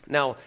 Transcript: Now